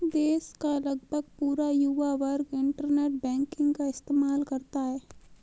देश का लगभग पूरा युवा वर्ग इन्टरनेट बैंकिंग का इस्तेमाल करता है